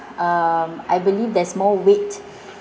um I believe there's more weight